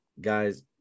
guys